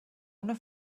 una